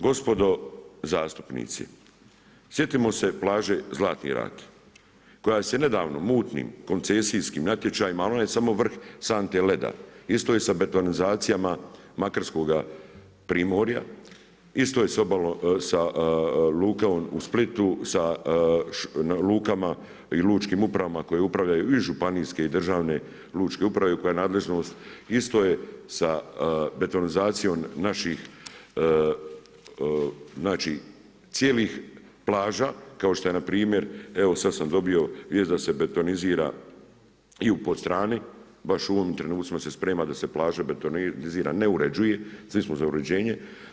Gospođo zastupnici, sjetimo se plaže Žlatni rat koja se nedavno mutnim, koncesijskim natječajima, ali ona je samo vrh sante lega, isto je i sa betonizacijama Makarskoga primorja, isto je sa lukom u Splitu, sa lukama i lučkim upravama koje upravljaju i županijske i državne lučke uprave koja je nadležnost, isto je sa betonizacijom naših znači cijelih plaža kao što je na primjer, evo sada sam dobio vijest da se betonizira i u Podstrani, baš u ovim trenutcima se sprema da se plaža betonizira, ne uređuje, svi smo za uređenje.